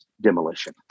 Demolition